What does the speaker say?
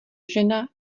žena